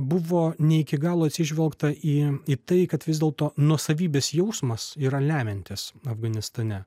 buvo ne iki galo atsižvelgta į į tai kad vis dėlto nuosavybės jausmas yra lemiantis afganistane